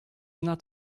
not